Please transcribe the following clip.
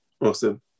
Awesome